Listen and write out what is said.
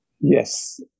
Yes